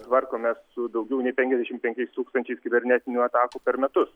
tvarkomės su daugiau nei penkiasdešim penkiais tūkstančiais kibernetinių atakų per metus